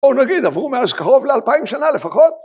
‫או נגיד עברו מאז קרוב ‫ל-2,000 שנה לפחות.